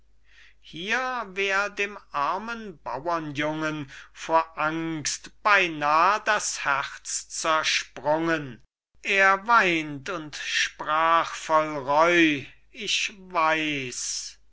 hier wär dem armen bauerjungen vor angst beinah das herz zersprungen er weint und sprach voll reu ich weiß